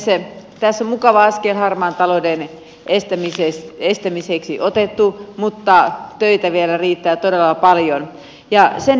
tässä on mukava askel harmaan talouden estämiseksi otettu mutta töitä vielä riittää todella paljon